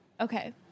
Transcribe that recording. Okay